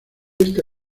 esta